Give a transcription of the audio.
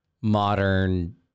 modern